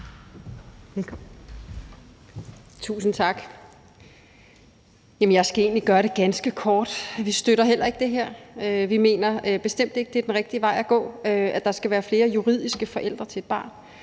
Tusind tak. Jeg skal egentlig gøre det ganske kort. Vi støtter heller ikke det her. Vi mener bestemt ikke, at det er den rigtige vej at gå, altså at der skal være flere juridiske forældre til et barn.